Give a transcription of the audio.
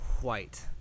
white